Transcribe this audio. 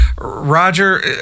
Roger